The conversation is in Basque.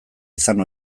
izan